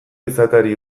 izateari